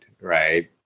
right